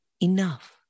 enough